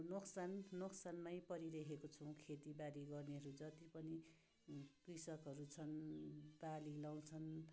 अब नोकसान नोकसानमै परिरहेको छौँ जति पनि खेतीबारी गर्नेहरू जति पनि कृषकहरू छन् बाली लगाउँछन्